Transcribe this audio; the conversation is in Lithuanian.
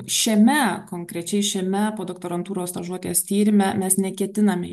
šiame konkrečiai šiame podoktorantūros stažuotės tyrime mes neketiname